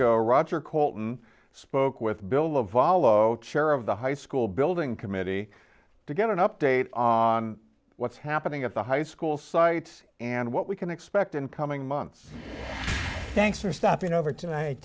ago roger coleman spoke with bill laval otes chair of the high school building committee to get an update on what's happening at the high school site and what we can expect in coming months thanks for stopping over tonight